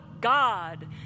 God